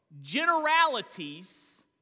generalities